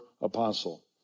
apostle